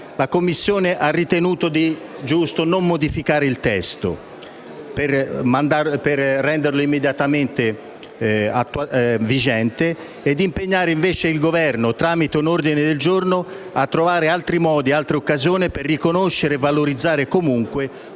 La Commissione ha ritenuto giusto non modificare il testo per renderlo immediatamente vigente impegnando, invece, il Governo (tramite un ordine del giorno), a trovare altri modi e occasioni per riconoscere e valorizzare comunque